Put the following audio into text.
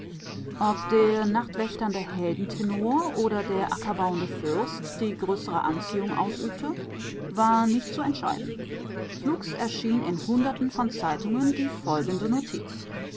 ob der nachtwächternde heldentenor oder der ackerbauende fürst die größere anziehung ausübte war nicht zu entscheiden flugs erschien in hunderten von zeitungen folgende notiz